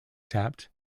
tapped